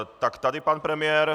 Tak tady pan premiér...